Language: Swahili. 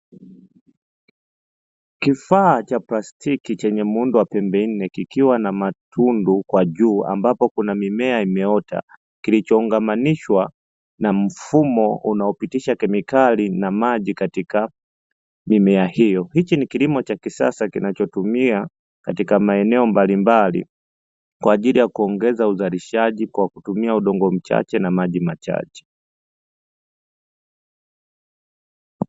Kifaa cha plastiki chenye mduara wa pembe nne kikiwa na matundu kwa juu ambapo kuna mimea imeota, kilichoungamanishwa na mfumo unaopitisha kemikali na maji katika mimea hiyo. Hiki ni kilimo cha kisasa kinachotumia katika maeneo mbalimbali kwa ajili ya kuongeza uzalishaji kwa kutumia udongo mchache na maji machache.